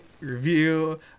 review